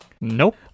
Nope